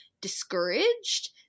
discouraged